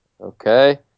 Okay